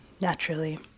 naturally